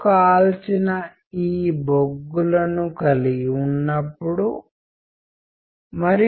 కానీ ఎవరికైనా భాష తెలియకపోతే ఆ వ్యక్తి దానిని డీకోడ్ చేయలేరు అది కూడా ఒక అడ్డంకి